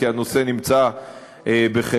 כי הנושא נמצא בחקירה,